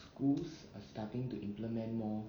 schools are starting to implement more